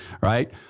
right